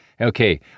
Okay